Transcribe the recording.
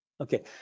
Okay